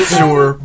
sure